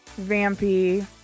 vampy